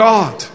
God